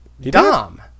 Dom